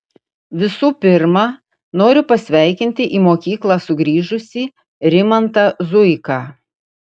visų pirma noriu pasveikinti į mokyklą sugrįžusį rimantą zuiką